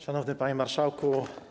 Szanowny Panie Marszałku!